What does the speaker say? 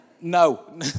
No